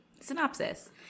synopsis